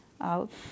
out